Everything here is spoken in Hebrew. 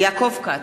יעקב כץ,